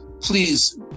Please